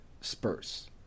Spurs